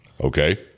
Okay